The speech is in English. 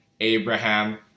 Abraham